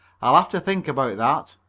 i'll have to think about that.